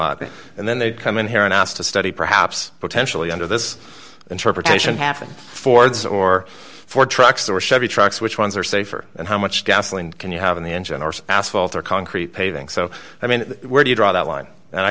lot and then they'd come in here and asked to study perhaps potentially under this interpretation hafen fords or ford trucks or chevy trucks which ones are safer and how much gasoline can you have in the engine or asphalt or concrete paving so i mean where do you draw that line and i